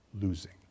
losing